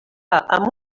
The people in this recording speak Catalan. amb